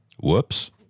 Whoops